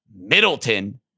Middleton